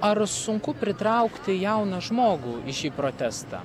ar sunku pritraukti jauną žmogų į šį protestą